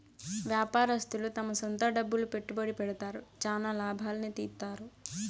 వ్యాపారస్తులు తమ సొంత డబ్బులు పెట్టుబడి పెడతారు, చానా లాభాల్ని తీత్తారు